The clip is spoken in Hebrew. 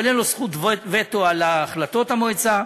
אבל אין לו זכות וטו על החלטות המועצה.